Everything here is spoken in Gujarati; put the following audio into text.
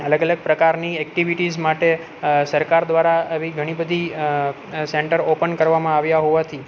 અલગ અલગ પ્રકારની એકટીવિટીસ માટે સરકાર દ્વારા આવી ઘણી બધી સેન્ટરો ઓપન કરવામાં આવ્યા હોવાથી